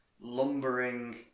lumbering